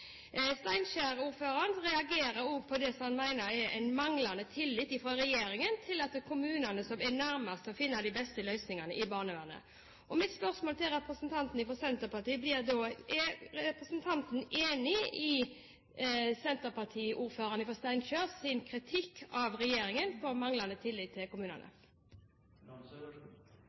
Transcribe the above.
Steinkjer-ordføreren reagerer også på det han mener er en manglende tillit fra regjeringen til at det er kommunene som er de nærmeste til å finne de beste løsningene i barnevernet. Mitt spørsmål til representanten fra Senterpartiet blir da: Er representanten enig i senterpartiordføreren fra Steinkjer sin kritikk av regjeringen for manglende tillit til